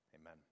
Amen